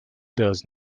does